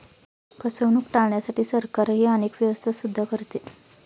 फसवणूक टाळण्यासाठी सरकारही अनेक व्यवस्था सुद्धा करते